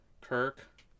Kirk